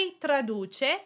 traduce